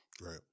Right